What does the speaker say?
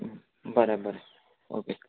बरें बरें ओके